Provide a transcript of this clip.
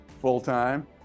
Full-time